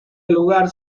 lugar